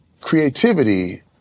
creativity